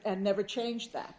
and never change that